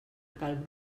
cal